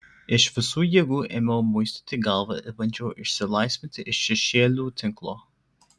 iš visų jėgų ėmiau muistyti galvą ir bandžiau išsilaisvinti iš šešėlių tinklo